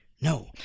No